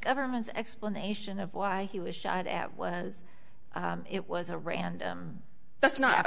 government's explanation of why he was shot at was it was a random that's not